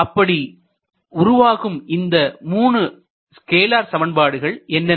அப்படி உருவாகும் இந்த 3 ஸ்கேலார் சமன்பாடுகள் என்னென்ன